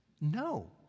No